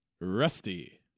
Rusty